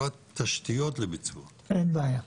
אין בעיה.